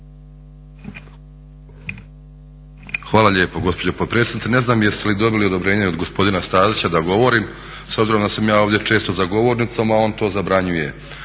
Hvala lijepo gospođo potpredsjednice. Ne znam jeste li dobili odobrenje od gospodina Stazića da govorim s obzirom da sam ja ovdje često za govornicom, a on to zabranjuje.